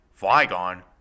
Flygon